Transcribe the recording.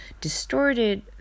distorted